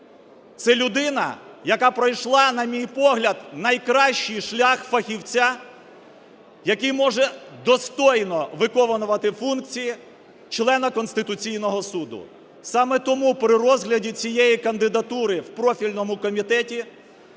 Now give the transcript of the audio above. Це людина, яка пройшла, на мій погляд, найкращий шлях фахівця, який може достойно виконувати функції члена Конституційного Суду. Саме тому при розгляді цієї кандидатури в профільному комітеті